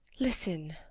listen,